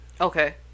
Okay